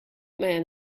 man